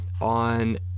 on